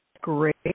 great